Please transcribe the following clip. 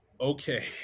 okay